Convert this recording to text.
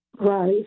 Right